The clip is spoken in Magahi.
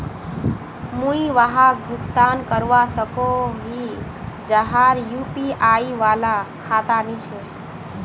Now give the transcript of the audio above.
मुई वहाक भुगतान करवा सकोहो ही जहार यु.पी.आई वाला खाता नी छे?